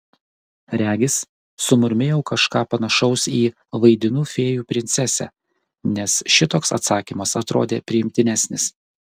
regis sumurmėjau kažką panašaus į vaidinu fėjų princesę nes šitoks atsakymas atrodė priimtinesnis